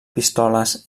pistoles